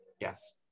Yes